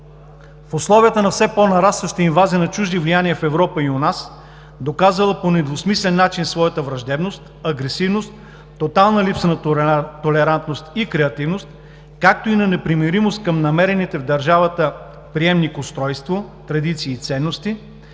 В условията на все по-нарастваща инвазия на чужди влияния в Европа и у нас, доказала по недвусмислен начин своята враждебност, агресивност, тотална липса на толерантност и креативност, както и на непримиримост към намерените в държавата приемник-устройство, традиции и ценности,